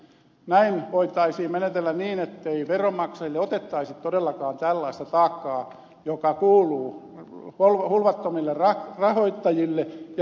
näin voitaisiin menetellä niin ettei veronmaksajille otettaisi todellakaan tällaista taakka joka kuuluu hulvattomille rahoittajille ja edesvastuuttomalle kreikalle